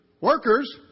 Workers